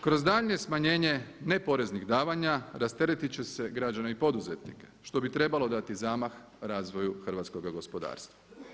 Kroz daljnje smanjenje neporeznih davanja rasteretiti će se građanin poduzetnik što bi trebalo dati zamah razvoju hrvatskoga gospodarstva.